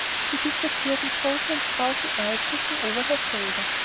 she disappeared with roslein's drowsy eyes looking over her shoulder.